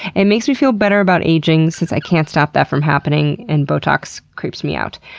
it makes me feel better about aging since i can't stop that from happening and botox creeps me out.